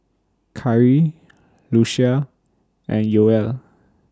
Khiry Lucia and Yoel